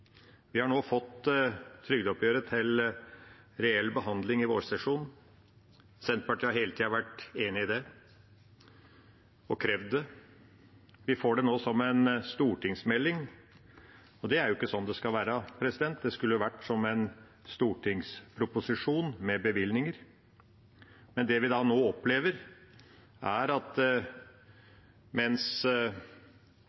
Vi har nå fått trygdeoppgjøret til reell behandling i vårsesjonen. Senterpartiet har hele tida vært enig i det og krevd det. Vi får det nå som en stortingsmelding, og det er ikke sånn det skal være. Det skulle vært en stortingsproposisjon med bevilgninger. Men det vi nå opplever, er at